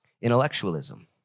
Intellectualism